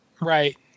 Right